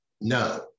No